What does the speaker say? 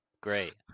Great